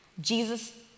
Jesus